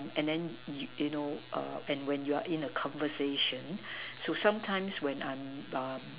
um and then you you know err and when you're in a conversation so sometimes when I'm err